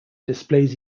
displays